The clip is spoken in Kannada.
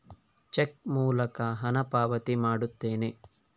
ಚೆಕ್ ಮೂಲಕ ಹಣ ಪಾವತಿ ಮಾಡುತ್ತೇನೆ